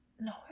No